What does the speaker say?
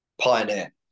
Pioneer